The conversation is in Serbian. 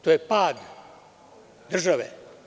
To je pad države.